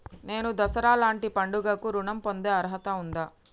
నేను దసరా లాంటి పండుగ కు ఋణం పొందే అర్హత ఉందా?